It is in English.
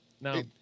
No